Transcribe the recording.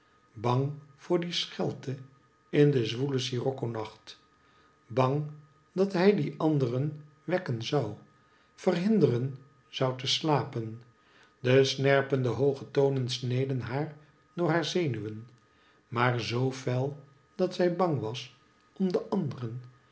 bang voor die schelte in den zwoelen scirocco nacht bang dat hij die anderen wekken zou verhinderen zou te slapen de snerpende hooge tonen sneden haar door haar zenuwen maar zoo fel dat zij bang was om de anderen